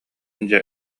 дьэ